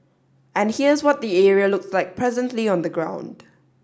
and here's what the area looks like presently on the ground